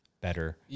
better